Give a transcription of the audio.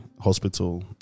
Hospital